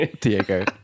Diego